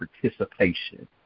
participation